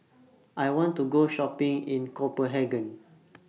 I want to Go Shopping in Copenhagen